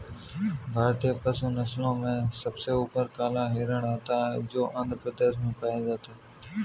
भारतीय पशु नस्लों में सबसे ऊपर काला हिरण आता है जो आंध्र प्रदेश में पाया जाता है